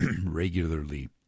regularly